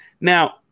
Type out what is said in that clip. Now